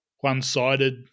one-sided